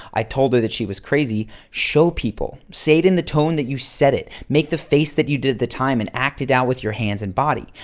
i told her that she was crazy. show people. say it in the tone that you said it. make the face that you did at the time and act it out with your hands and body.